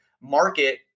market